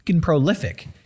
prolific